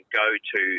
go-to